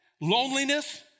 loneliness